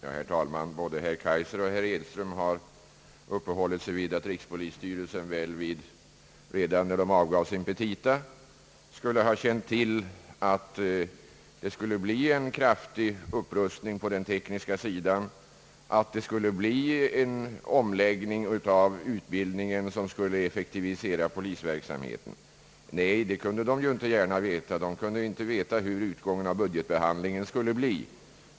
Herr talman! Både herr Kaijser och herr Edström har hävdat, att rikspolisstyrelsen redan när den avgav sina petita skulle ha känt till att det skulle genomföras en kraftig upprustning på den tekniska sidan och en omläggning av utbildningen, vilket skulle effektivisera polisverksamheten. Nej, det kan den inte gärna ha vetat, eftersom den inte kunde känna till hurudan utgången av budgetbehandlingen skulle bli.